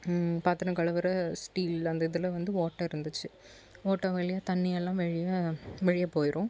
பாத்திரம் கழுவுற ஸ்டீல் அந்த இதில் வந்து ஓட்டை இருந்துச்சு ஓட்டை வழியா தண்ணி எல்லாம் வெளியே வெளியே போயிடும்